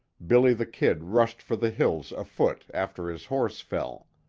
billy the kid rushed for the hills, afoot, after his horse fell.